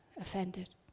offended